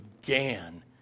began